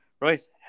Royce